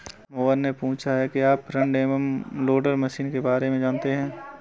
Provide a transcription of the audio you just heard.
मोहन ने पूछा कि क्या आप फ्रंट एंड लोडर मशीन के बारे में जानते हैं?